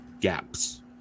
gaps